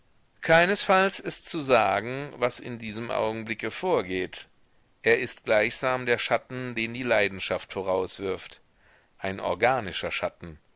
keinesfalls ist zu sagen was in diesem augenblicke vorgeht er ist gleichsam der schatten den die leidenschaft vorauswirft ein organischer schatten